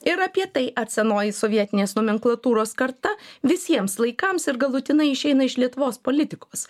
ir apie tai ar senoji sovietinės nomenklatūros karta visiems laikams ir galutinai išeina iš lietuvos politikos